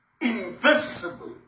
invisible